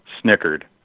snickered